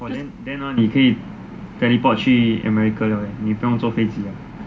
then ah 你可以 teleport 去 america liao 你不用坐飞机 liao